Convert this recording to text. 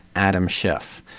adam schiff